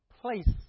place